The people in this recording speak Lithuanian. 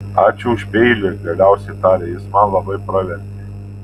ačiū už peilį galiausiai tarė jis man labai pravertė